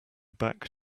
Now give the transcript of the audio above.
back